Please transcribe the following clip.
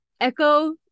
Echo